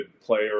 player